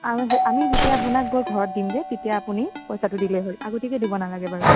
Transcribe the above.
আমি আমি যেতিয়া আপোনাক গৈ ঘৰত দিমগৈ তেতিয়া আপুনি পইচাটো দিলেই হ'ল আগতীয়াকৈ দিব নালাগে বাৰু